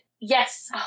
Yes